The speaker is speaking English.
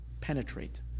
penetrate